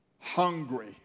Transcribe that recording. hungry